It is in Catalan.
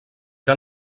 que